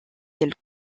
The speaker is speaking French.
tels